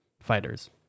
fighters